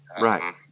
Right